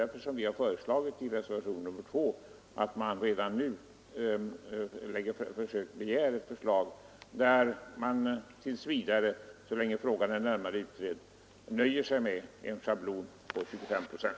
Därför har vi i reservationen 2 föreslagit att man redan nu begär förslag innebärande att man tills vidare, så länge frågan är under närmare utredning, nöjer sig